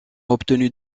obtenu